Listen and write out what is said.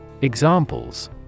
Examples